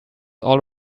all